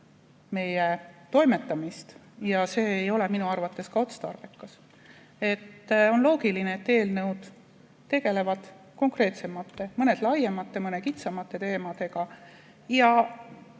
meie toimetamist, ja see ei olekski minu arvates otstarbekas. On loogiline, et eelnõud tegelevad konkreetsemate, mõned laiemate, mõned kitsamate teemadega.